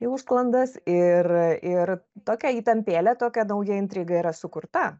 į užsklandas ir ir tokia įtampėlė tokia nauja intriga yra sukurta